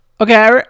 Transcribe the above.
Okay